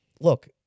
look